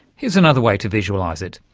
here's another way to visualise it.